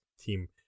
team